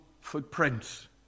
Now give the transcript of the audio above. footprints